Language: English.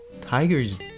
tigers